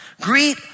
greet